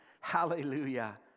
Hallelujah